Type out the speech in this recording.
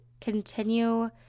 continue